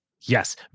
Yes